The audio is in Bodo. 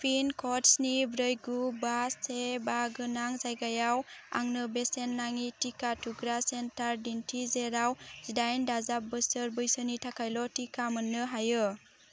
पिन क'ड स्नि ब्रै गु बा से बा गोनां जायगायाव आंनो बेसेन नाङि टिका थुग्रा सेन्टार दिन्थि जेराव जिदाइन दाजाब बोसोर बैसोनि थाखायल' टिका मोन्नो हायो